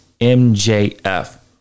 MJF